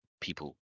people